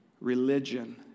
religion